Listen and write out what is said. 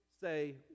say